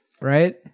right